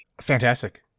Fantastic